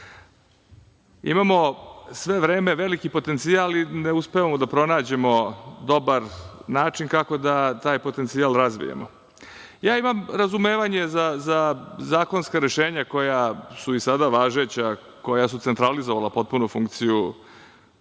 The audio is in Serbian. Imamo sve vreme veliki potencijal i ne uspevamo da pronađemo dobar način kako da taj potencijal razvijemo. Imam razumevanje za zakonska rešenja koja su i sada važeća, koja su centralizovala potpuno funkciju